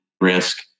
risk